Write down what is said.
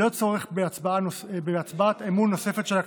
ללא צורך בהצבעת אמון נוספת של הכנסת.